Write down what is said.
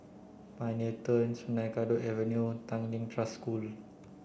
Pioneer Turn Sungei Kadut Avenue Tanglin Trust School